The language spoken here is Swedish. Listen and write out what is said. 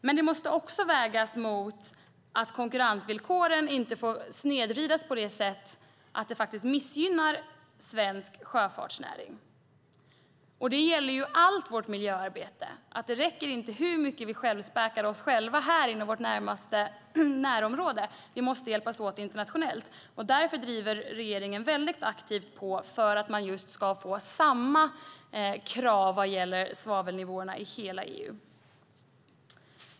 Men samtidigt får konkurrensvillkoren inte snedvridas så att de missgynnar svensk sjöfartsnäring. Det gäller allt vårt miljöarbete. Hur mycket vi än späker oss själva i vårt närområde måste vi ändå hjälpas åt internationellt. Därför driver regeringen aktivt på för att man ska få samma krav på svavelnivåerna i hela EU.